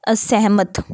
ਅਸਹਿਮਤ